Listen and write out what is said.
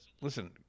listen